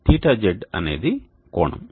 θz అనేది కోణం